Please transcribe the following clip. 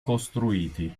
costruiti